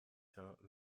temps